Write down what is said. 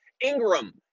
Ingram